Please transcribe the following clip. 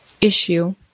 issue